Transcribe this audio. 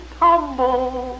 tumble